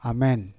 Amen